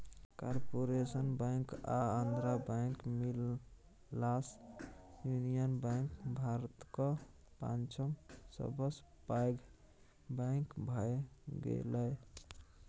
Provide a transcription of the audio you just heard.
corporation bank आ Andhra bank मिललासँ union bank भारतक पाँचम सबसँ पैघ बैंक भए गेलै